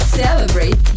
celebrate